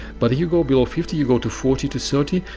but you go below fifty, you go to forty to thirty,